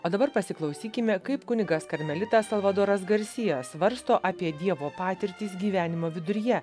o dabar pasiklausykime kaip kunigas karmelitas salvadoras garsija svarsto apie dievo patirtis gyvenimo viduryje